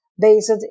based